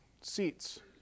seats